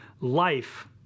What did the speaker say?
life